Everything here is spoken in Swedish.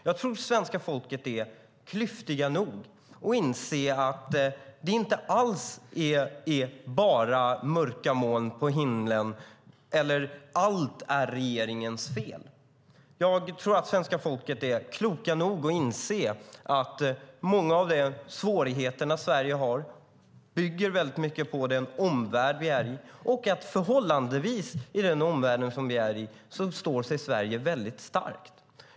Jag tror att svenska folket är klyftigt nog att inse att det inte alls bara är mörka moln på himlen eller att allt är regeringens fel. Jag tror att svenska folket är klokt nog att inse att många av de svårigheter Sverige har till stor del bygger på vår omvärld och att Sverige står sig bra i förhållande till vår omvärld.